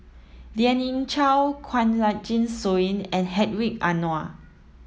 Lien Ying Chow Kanwaljit Soin and Hedwig Anuar